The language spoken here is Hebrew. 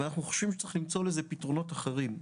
ואנחנו חושבים שצריך למצוא לזה פתרונות אחרים.